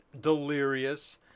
delirious